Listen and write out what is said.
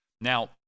now